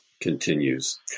continues